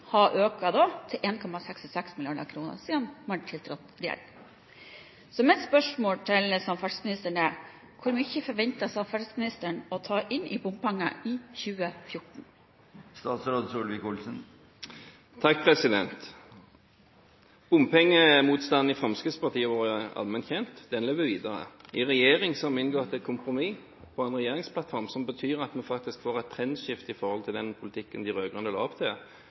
har økt til 1,66 mrd. kr siden regjeringen tiltrådte. Så mitt spørsmål til samferdselsministeren er: Hvor mye forventer samferdselsministeren å ta inn i bompenger i 2014? Bompengemotstanden i Fremskrittspartiet har vært allment kjent, og den lever videre. I regjering har vi inngått et kompromiss i en regjeringsplattform, som betyr at vi faktisk får et trendskifte i forhold til den politikken de rød-grønne la opp til. Det betyr at bompengeandelen skal ned i forhold til det de rød-grønne la opp til.